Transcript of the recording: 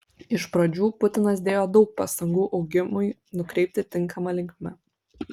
iš pradžių putinas dėjo daug pastangų augimui nukreipti tinkama linkme